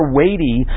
weighty